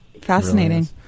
Fascinating